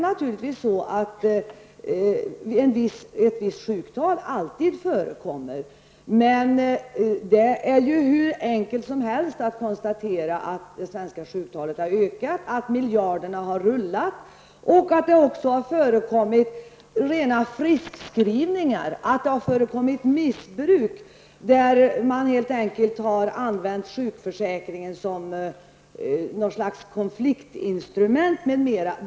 Naturligtvis förekommer alltid ett visst sjuktal, men det är hur enkelt som helst att konstatera att det svenska sjuktalet har ökat, att miljarderna har rullat och att det också har förekommit missbruk, t.ex. när sjukförsäkringen har använts som något slags konfliktinstrument.